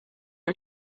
are